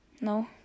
No